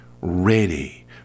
ready